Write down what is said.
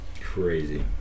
Crazy